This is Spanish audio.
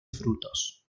frutos